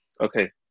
okay